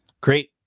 Great